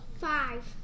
Five